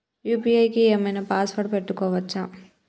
UPI కి ఏం ఐనా పాస్వర్డ్ పెట్టుకోవచ్చా?